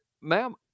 ma'am